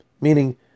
meaning